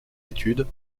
études